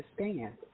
understand